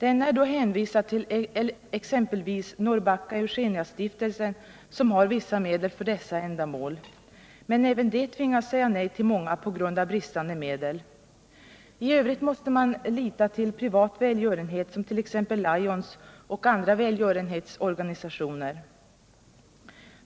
Han är hänvisad till exempelvis Norrbacka-Eugeniastiftelsen, som har vissa medel för detta ändamål, men även den tvingas säga nej till många på grund av bristande medel. I övrigt måste man lita till privat välgörenhet som Lions och andra välgörenhetsorganisationer.